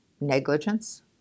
negligence